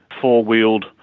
four-wheeled